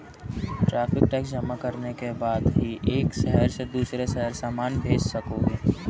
tariff tax जमा करने के बाद ही एक शहर से दूसरे शहर सामान भेज सकोगे